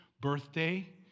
birthday